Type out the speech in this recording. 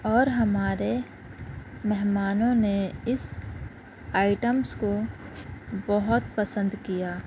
اور ہمارے مہمانوں نے اس آئٹمس کو بہت پسند کیا